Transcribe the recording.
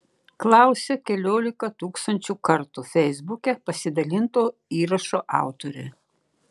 klausia keliolika tūkstančių kartų feisbuke pasidalinto įrašo autoriai